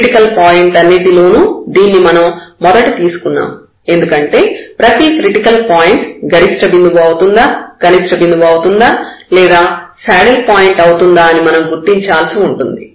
critical point లన్నింటిలోనూ దీన్ని మనం మొదట తీసుకున్నాము ఎందుకంటే ప్రతి క్రిటికల్ పాయింట్ గరిష్ఠ బిందువు అవుతుందా కనిష్ట బిందువు అవుతుందా లేదా శాడిల్ పాయింట్ అవుతుందా అని మనం గుర్తించాల్సి ఉంటుంది